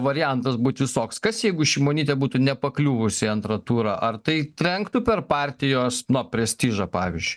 variantas būti soks kas jeigu šimonytė būtų nepakliuvus į antrą turą ar tai trenktų per partijos na prestižą pavyzdžiui